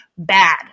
bad